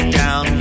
down